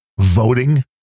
Voting